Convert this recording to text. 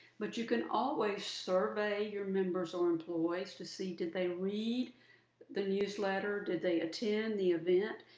but you can always survey your members or employees to see did they read the newsletter, did they attend the event,